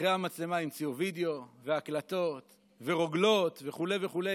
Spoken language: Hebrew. אחרי המצלמה המציאו וידיאו והקלטות ורוגלות וכו' וכו'.